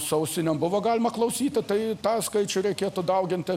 su ausinėm buvo galima klausyti tai tą skaičių reikėtų dauginti